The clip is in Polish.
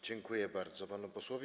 Dziękuję bardzo panu posłowi.